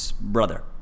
brother